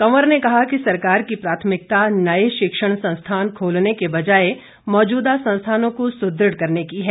कंवर ने कहा कि सरकार की प्राथमिता नए शिक्षण संस्थान खोलने के बजाए मौजूदा संस्थानों को सुदृढ करने की है